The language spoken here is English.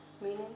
Meaning